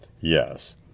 Yes